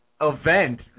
Event